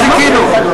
אז למה חיכינו?